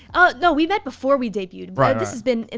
oh, no, we met before we debuted. but this has been.